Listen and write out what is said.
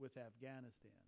with afghanistan